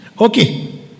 okay